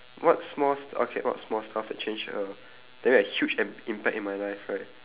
what small st~ okay what small stuff that change err that make a huge im~ impact in my life right